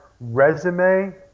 resume